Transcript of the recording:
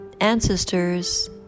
ancestors